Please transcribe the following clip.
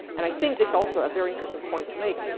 and i think this also a very interesting point to make,